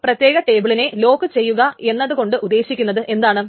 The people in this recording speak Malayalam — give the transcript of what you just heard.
ഒരു പ്രത്യേക ടേബിളിനെ ലോക്ക് ചെയ്യുക എന്നുള്ളതുകൊണ്ട് ഉദ്ദേശിക്കുന്നത് എന്താണ്